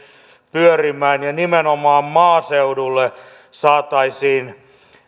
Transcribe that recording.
pyörimään ja nimenomaan maaseudulle saataisiin